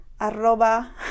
arroba